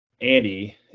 Andy